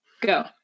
go